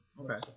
Okay